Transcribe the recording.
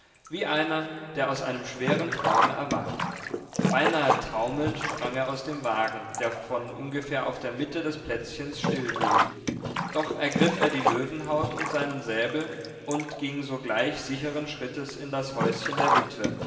wie einer der aus einem schweren traume erwacht beinahe taumelnd sprang er aus dem wagen der von ungefähr auf der mitte des plätzchens stillhielt doch ergriff er die löwenhaut und seinen säbel und ging sogleich sicheren schrittes in das häuschen der witwe